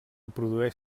produeix